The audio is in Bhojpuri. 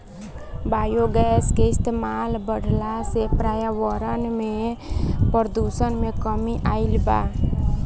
बायोगैस के इस्तमाल बढ़ला से पर्यावरण में प्रदुषण में कमी आइल बा